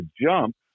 jump